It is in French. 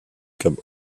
comme